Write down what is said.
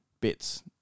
bits